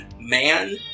man